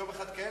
יום אחד כאלה,